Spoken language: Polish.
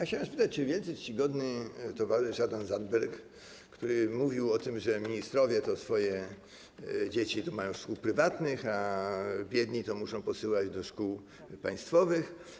Chciałem spytać, czy wielce czcigodny towarzysz Adrian Zandberg, który mówił o tym, że ministrowie swoje dzieci mają w szkołach prywatnych, a biedni to muszą posyłać do szkół państwowych.